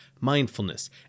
mindfulness